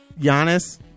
Giannis